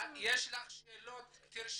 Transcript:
אם יש לך שאלות תרשמי,